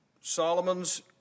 Solomon's